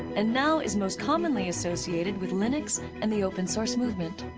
and now is most commonly associated with linux and the open source movement.